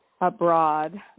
abroad